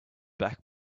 back